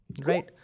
Great